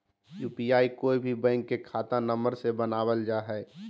UPI कोय भी bank के खाता नंबर से बनावल जा हइ